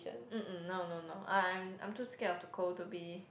um um no no no I I'm I'm too scared of the cold to be